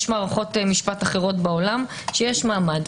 יש מערכות משפט בעולם שיש מעמד.